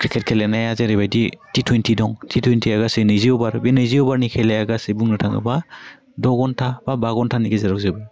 cricket गेलेनाया जेरैबायदि टि थुइन्थि दं टि थुइन्थिया गासै नैजि अभार बे नैजि अभारनि खेलाया बुंनो थाङोबा द' धन्टा बा बा घन्टानि गेजेराव जोबो